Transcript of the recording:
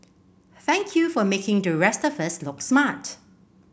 thank you for making the rest of us look smart